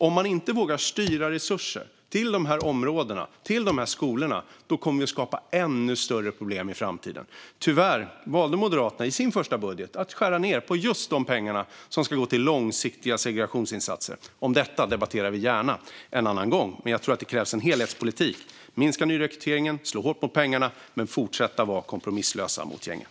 Om man inte vågar styra resurser till dessa områden och dessa skolor kommer man att skapa ännu större problem i framtiden. Tyvärr valde Moderaterna i sin första budget att skära ned på just de pengar som ska gå till långsiktiga segregationsinsatser. Om detta debatterar vi gärna en annan gång. Jag tror att det krävs en helhetspolitik: Vi ska minska nyrekryteringen, slå hårt på pengarna men fortsätta att vara kompromisslösa mot gängen.